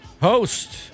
host